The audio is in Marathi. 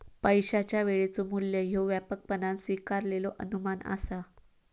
पैशाचा वेळेचो मू्ल्य ह्या व्यापकपणान स्वीकारलेलो अनुमान असा